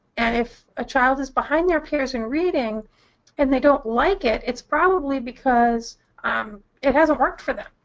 and if a child is behind their peers in reading and they don't like it, it's probably because um it hasn't worked for them.